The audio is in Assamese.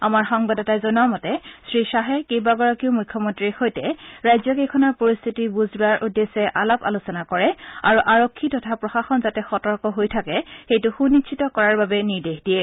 আমাৰ সংবাদদাতাই জনোৱা মতে শ্ৰীখাহে কেইবাগৰাকীও মুখ্যমন্ত্ৰীৰ সৈতে ৰাজ্যকেইখনৰ পৰিস্থিতি বুজ লোৱাৰ উদ্দেশ্যে আলাপ আলোচনা কৰে আৰু আৰক্ষী তথা প্ৰশাসন যাতে সতৰ্ক হৈ থাকে সেইটো সুনিশ্চিত কৰাৰ বাবে নিৰ্দেশ দিয়ে